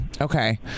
Okay